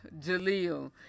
Jaleel